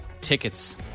Tickets